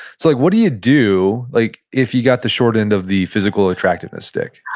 so like what do you you do like if you got the short end of the physical attractiveness stick?